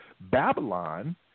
Babylon